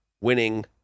winning